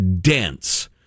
dense